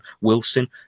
Wilson